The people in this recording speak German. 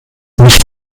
nicht